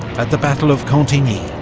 at the battle of cantigny.